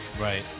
Right